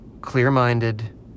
Clear-minded